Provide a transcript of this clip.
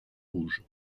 rouge